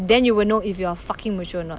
then you will know if you're fucking mature or not